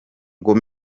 ngo